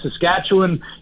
Saskatchewan